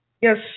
Yes